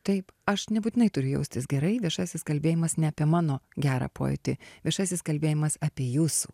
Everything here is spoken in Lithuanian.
taip aš nebūtinai turi jaustis gerai viešasis kalbėjimas ne apie mano gerą pojūtį viešasis kalbėjimas apie jūsų